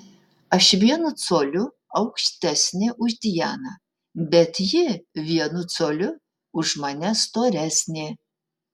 aš vienu coliu aukštesnė už dianą bet ji vienu coliu už mane storesnė